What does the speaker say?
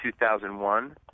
2001